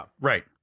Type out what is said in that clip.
right